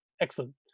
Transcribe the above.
Excellent